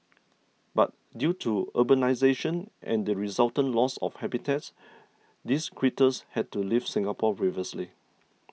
but due to urbanisation and the resultant loss of habitats these critters had to leave Singapore previously